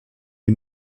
and